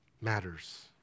matters